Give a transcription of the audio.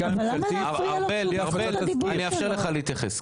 ארבל, אני אאפשר לך להתייחס.